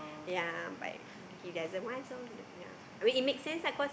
ya but he doesn't want so ya I mean it make sense ah cause